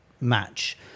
match